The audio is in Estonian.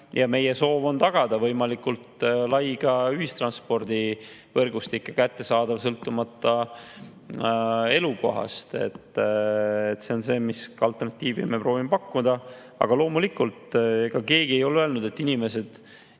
ja meie soov on tagada ka võimalikult lai ühistranspordivõrgustik, [mis on] kättesaadav sõltumata elukohast. See on alternatiiv, mida me proovime pakkuda. Aga loomulikult, ega keegi ei ole öelnud, et inimesed